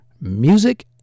Music